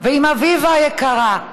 ועם אביבה היקרה,